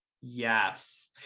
yes